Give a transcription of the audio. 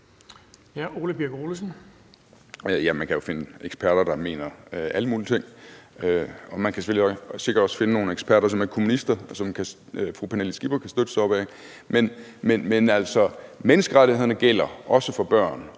Ole Birk Olesen (LA): Man kan jo finde eksperter, der mener alle mulige ting. Og man kan sikkert også finde nogle eksperter, som er kommunister, og som fru Pernille Skipper kan støtte sig til. Men altså, menneskerettighederne gælder også for børn,